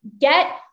get